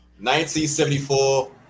1974